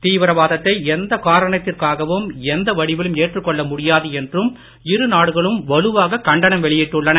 தீவிரவாதத்தை எந்த காரணத்திற்காகவும் எந்த வடிவிலும் எற்றுக் கொள்ள முடியாது என்றும் இருநாடுகளும் வலுவாக கண்டணம் வெளியிட்டுள்ளன